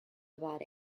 about